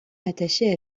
rattaché